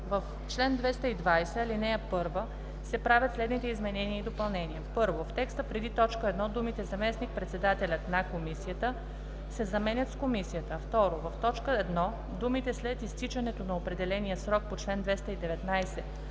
В чл. 220, ал. 1 се правят следните изменения и допълнения: 1. В текста преди т. 1 думите „Заместник-председателят на Комисията“ се заменят с „Комисията“. 2. В т. 1 думите „след изтичането на определения срок по чл. 219,